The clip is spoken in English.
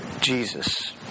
Jesus